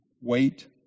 wait